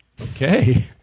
Okay